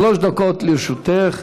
שלוש דקות לרשותך,